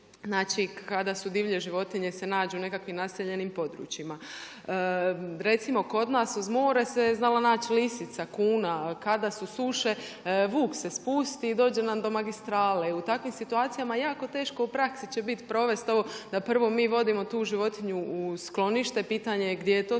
znači kada su divlje životinje se nađu u nekakvim naseljenim područjima. Recimo kod nas uz more se znala naći lisica, kuna. Kada su suše vuk se spusti, dođe nam do magistrale. U takvim situacijama jako teško u praksi će biti provest ovo da prvo mi vodimo tu životinju u sklonište, pitanje je gdje je to